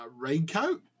raincoat